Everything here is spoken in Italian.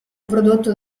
prodotto